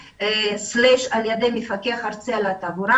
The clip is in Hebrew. הוועדה/על ידי המפקח הארצי על התעבורה.